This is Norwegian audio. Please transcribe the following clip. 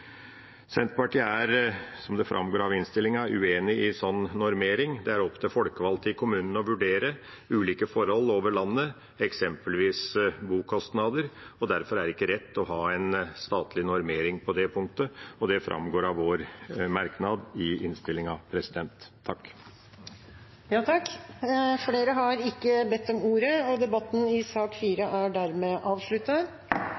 Senterpartiet er, som det framgår av innstillingen, uenig i slik normering. Det er opp til folkevalgte i kommunene å vurdere ulike forhold i landet, eksempelvis bokostnader. Derfor er det ikke rett å ha en statlig normering på det punktet, og det framgår av vår merknad i innstillingen. Flere har ikke bedt om ordet til sak nr. 4. Etter ønske fra familie- og kulturkomiteen vil presidenten ordne debatten